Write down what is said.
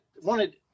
wanted –